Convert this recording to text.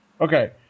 Okay